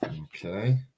Okay